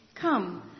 Come